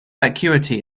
acuity